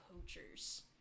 Poachers